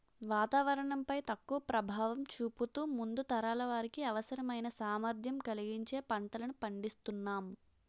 వాతావరణం పై తక్కువ ప్రభావం చూపుతూ ముందు తరాల వారికి అవసరమైన సామర్థ్యం కలిగించే పంటలను పండిస్తునాం